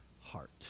heart